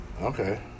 Okay